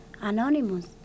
anonymous